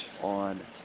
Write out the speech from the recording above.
on